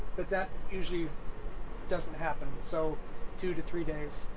but that usually doesn't happen, so two to three days.